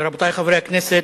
רבותי חברי הכנסת,